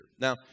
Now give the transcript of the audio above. Now